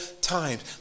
times